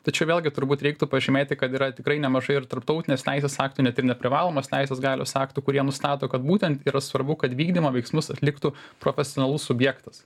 tačiau vėlgi turbūt reiktų pažymėti kad yra tikrai nemažai ir tarptautinės teisės aktų net ir neprivalomos teisės galios aktų kurie nustato kad būtent yra svarbu kad vykdymo veiksmus atliktų profesionalus subjektas